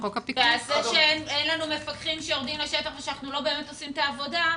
ובגלל שאין לנו מפקחים שיורדים לשטח ובאמת עושים את העבודה,